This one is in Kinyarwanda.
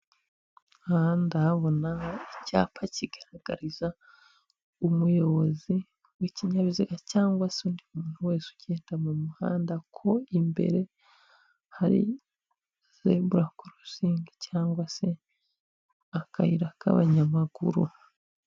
Aha ndahabonaho icyapa kigaragarariza umuyobozi w'ikinyabiziga cyangwa se undi muntu wese ugenda mu muhanda ko imbere hari zebura korosingi cyangwa se akayira k'abanyamaguru.